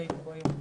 בהחלטתנו פה היום.